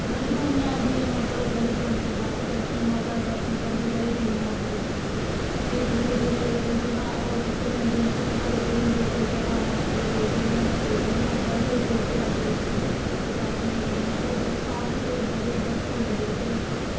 बड़ी दुनियां आंदी ऐ मतलब बड़ी दुनियां बैष्णो माता दे दर्शन करने गी बड़ी दुनियां आंदी ऐ केईं दूरा दूरा दे केईं चढ़ा ओह् कीती दियां होंदियां सुक्खना कीती दियां होंदियां कोई चढ़ाने गी आंदे कोई कि'यां कोई कि'यां बड़े दूर दे आंदे सैटिंग करने गी पर बरसांत ते बड़ी बरखा होंदी ऐ उद्धर